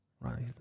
right